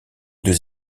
deux